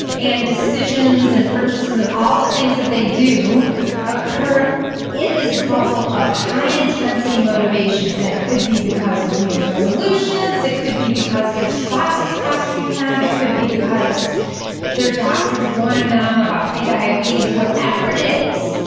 and decisions, and purchases, and all the things that they do occur in this bubble of high-intensity motivation. and it could be because of new year's resolutions, it could be because their spouse is pastoring them, it could be because their doctor is warning them about prediabetes. whatever it is,